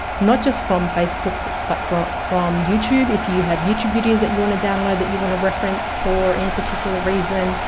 not just from facebook but from from youtube. if you have youtube videos that you want to download that you want to reference or any particular reason,